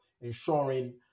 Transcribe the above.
ensuring